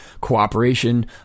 cooperation